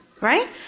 Right